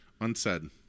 unsaid